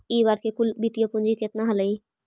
इ बार के कुल वित्तीय पूंजी केतना हलइ?